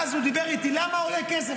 ואז הוא דיבר איתי, למה עולה כסף?